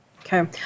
Okay